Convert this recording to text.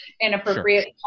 inappropriate